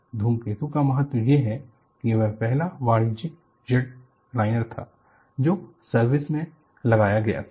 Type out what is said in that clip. धूमकेतु का महत्व ये है कि यह पहला वाणिज्यिक जेटलाइनर था जो सर्विस में लगाया गया था